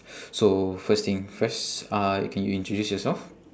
so first thing first uh can you introduce yourself